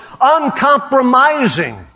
uncompromising